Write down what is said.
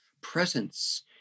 presence